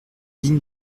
digne